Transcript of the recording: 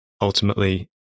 ultimately